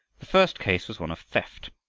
the first case was one of theft.